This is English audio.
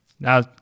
now